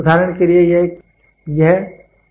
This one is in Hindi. उदाहरण के लिए यह एक प्राइमरी डिवाइस है